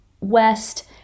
west